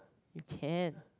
you can